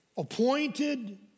Appointed